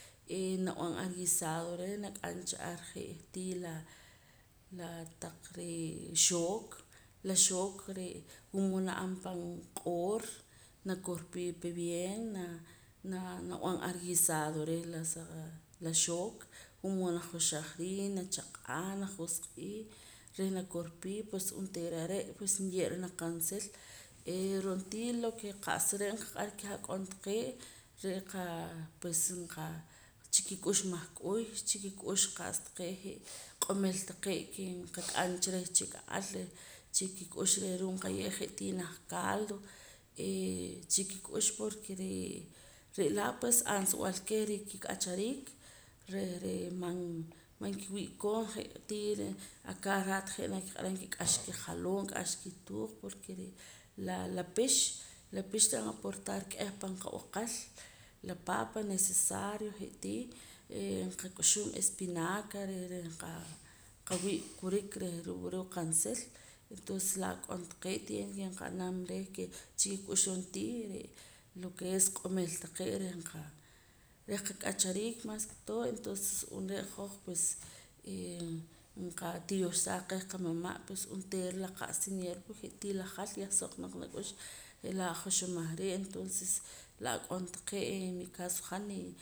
Eeh nab'an ar guisado reh nak'am cha ar je'tii la laa taq ree' xook la xook wula mood na'an pan q'oor nakorpii pa bien na naab'an ar guisado reh la saa xook wula mood najoxax riij nachaq'aa najosq'ii reh nakorpii pues onteera are' pues nye'ra naq qaansil eh ro'ntii lo ke qa'sa re' nqaq'ar keh ak'on taqee' re' qa pues nqa chikik'ux mahk'uy chikik'ux qa'sa taqee' je' q'omil taqee' ke nqak'am cha reh chik'a'al reh chi kik'ux reh ruu' nqaye' jeetii ruu' naj caldo eh chikik'ux porque ree' re laa'pues aansub'al keh reh kik'achariik reh reh man manki'wii' koon je'tii reh a cada rato je' nakiq'aram k'axa kijaloom k'axa kituut porque re' laa pix la pix tirib'an aportar k'eh pan qab'aqal la paapa necesario je'tii nqak'uxum espinaca reh reh qa nqawii' kurik reh ruu' qansil entonces la ak'on taqee' tiene ke nqa'nam reh ke chikik'ux ron'tii re' lo ke es q'omil taqee' reh nqa reh qak'achariik mas ek todo entonces ru'um re' hoj pues nqaa qatiyoxsaa qeh qamama' pues onteera la qa'sa nye'ra pues je'tii la jal yah soq naq nak'ux je'laa joxomaj riij entonces la ak'on taqee' en mi caso han nii